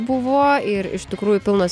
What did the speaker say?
buvo ir iš tikrųjų pilnos